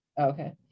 Okay